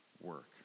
work